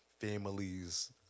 families